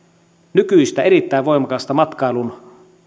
nykyistä erittäin voimakasta matkailun